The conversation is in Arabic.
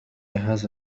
هذا